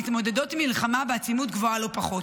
המתמודדות עם מלחמה בעצימות גבוהה לא פחות.